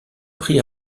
prix